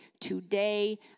today